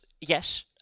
yes